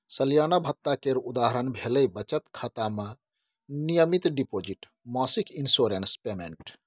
सलियाना भत्ता केर उदाहरण भेलै बचत खाता मे नियमित डिपोजिट, मासिक इंश्योरेंस पेमेंट